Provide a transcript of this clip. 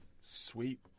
sweet